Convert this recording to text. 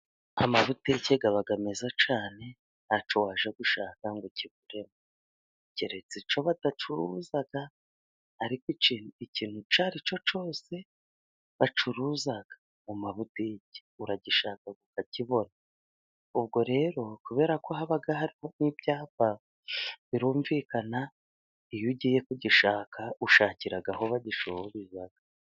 Amabutike aba meza cyane ntacyo wajya gushaka ngo ukibure, keretse icyo badacuruza, ariko ikintu icyo ari cyo cyose bacuruza mu mabutike, uragishaka ukakibona, ubwo rero kubera ko haba hariho n'ibyapa birumvikana iyo ugiye kugishaka, ushakira aho bagicururiza.